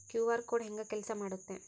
QR code ಹೆಂಗ ಕೆಲಸ ಮಾಡುತ್ತೆ?